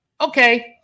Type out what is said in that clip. okay